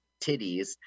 titties